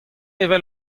evel